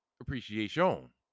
appreciation